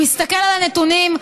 הוא הסתכל על הנתונים,